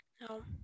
No